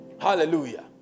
Hallelujah